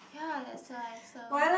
ya that's why so